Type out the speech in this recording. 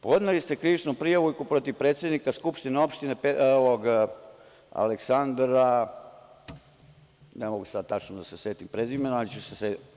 Podneli ste krivičnu prijavu i protiv predsednika skupštine opštine Aleksandra, ne mogu sada tačno da se setim prezimena, ali ću se setiti.